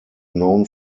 known